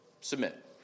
Submit